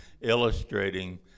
illustrating